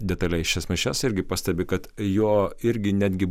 detaliai šias mišias irgi pastebi kad jo irgi netgi